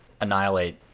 annihilate